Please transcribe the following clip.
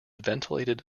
ventilated